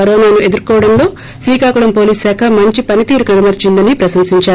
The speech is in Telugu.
కరోనాను ఎదుర్కోవడంలో శ్రీకాకుళం పోలీసు శాఖ మంచి పనితీరు కనబరిచిందని ప్రశంసించారు